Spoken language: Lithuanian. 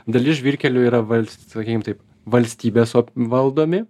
dalis žvyrkelių yra vals sakykim taip valstybės o valdomi